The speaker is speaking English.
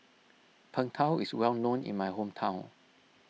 Png Tao is well known in my hometown